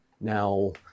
Now